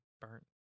burnt